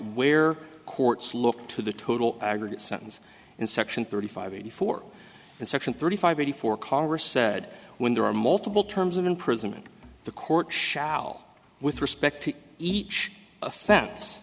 where courts look to the total aggregate sentence in section thirty five eighty four in section thirty five eighty four congress said when there are multiple terms of imprisonment the court shall with respect to each offense